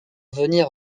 venir